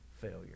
failure